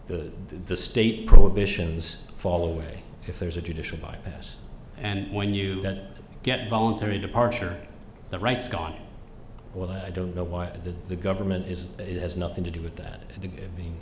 that the state prohibitions fall away if there's a judicial bypass and when you get voluntary departure the rights gone what i don't know why the the government isn't it has nothing to do with that